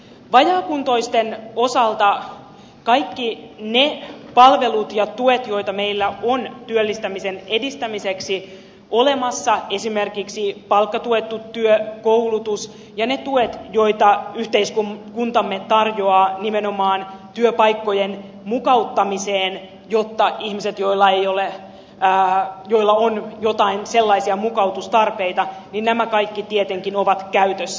vajaakuntoisten osalta kaikki ne palvelut ja tuet joita meillä on työllistämisen edistämiseksi olemassa esimerkiksi palkkatuettu työ koulutus ja ne tuet joita yhteiskuntamme tarjoaa nimenomaan työpaikkojen mukauttamiseen niille ihmisille joilla on jotain sellaisia mukautustarpeita ovat kaikki tietenkin käytössä